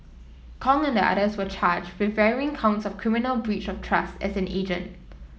Kong and the others were charged with varying counts of criminal breach of trust as an agent